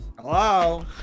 Hello